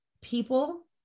people